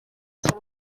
cya